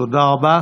תודה רבה.